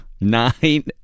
Nine